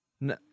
No